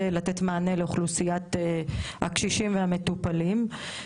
לתת מענה לאוכלוסיית הקשישים והמטופלים.